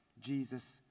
Jesus